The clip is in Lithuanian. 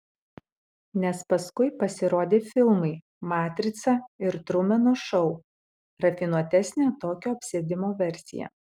nes paskui pasirodė filmai matrica ir trumeno šou rafinuotesnė tokio apsėdimo versija